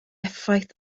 effaith